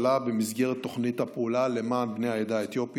במסגרת תוכנית הפעולה למען בני העדה האתיופית,